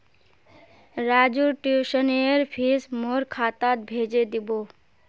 राजूर ट्यूशनेर फीस मोर खातात भेजे दीबो